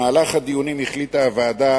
במהלך הדיונים החליטה הוועדה